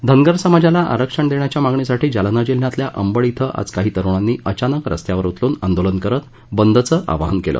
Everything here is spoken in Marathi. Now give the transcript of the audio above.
धनगर समाजाला आरक्षण देण्याच्या मागणीसाठी जालना जिल्ह्यातल्या अंबड क्रिं आज काही तरुणांनी अचानक रस्त्यावर उतरुन आंदोलन करत बदचं आवाहन केलं